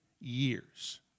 years